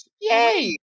Yay